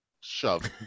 Shove